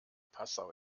passau